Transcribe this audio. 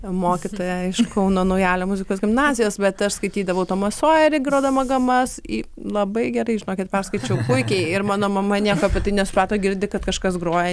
mokytoja iš kauno naujalio muzikos gimnazijos bet aš skaitydavau tomą sojerį grodama gamas į labai gerai žinokit perskaičiau puikiai ir mano mama nieko apie tai nesuprato girdi kad kažkas groja